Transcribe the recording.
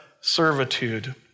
servitude